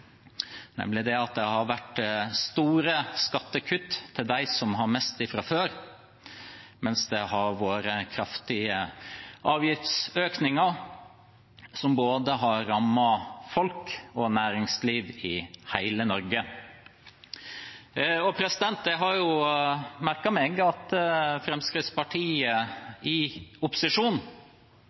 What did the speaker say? nemlig at det har vært store skattekutt til dem som har mest fra før, mens det har vært kraftige avgiftsøkninger som har rammet både folk og næringsliv i hele Norge. Jeg har merket meg at Fremskrittspartiet i